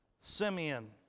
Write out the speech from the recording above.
Simeon